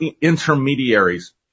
intermediaries